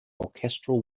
orchestral